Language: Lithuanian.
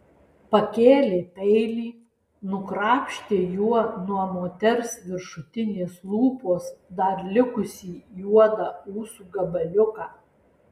pakėlė peilį nukrapštė juo nuo moters viršutinės lūpos dar likusį juodą ūsų gabaliuką